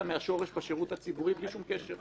אותה מהשורש בשירות הציבורי בלי שום קשר.